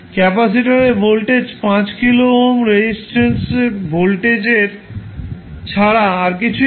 capacitor এ voltage 5 kilo ohm রোধের voltage ছাড়া আর কিছুই নয়